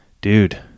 dude